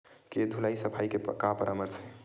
के धुलाई सफाई के का परामर्श हे?